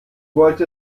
wollte